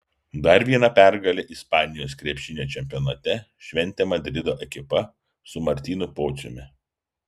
dar vieną pergalę ispanijos krepšinio čempionate šventė madrido ekipa su martynu pociumi